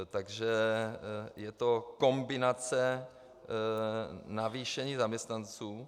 Takže je to kombinace navýšení zaměstnanců.